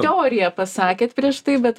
teoriją pasakėte prieš tai bet